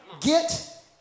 Get